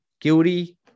Guilty